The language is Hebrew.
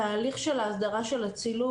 התהליך של ההסדרה של הצילום,